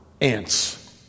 ants